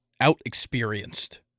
out-experienced